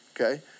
okay